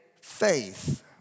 faith